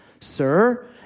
sir